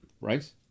Right